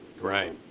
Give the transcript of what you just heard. Right